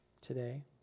today